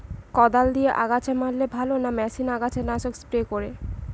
কদাল দিয়ে আগাছা মারলে ভালো না মেশিনে আগাছা নাশক স্প্রে করে?